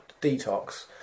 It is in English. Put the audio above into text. detox